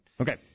Okay